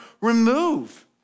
remove